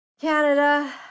Canada